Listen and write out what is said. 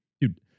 dude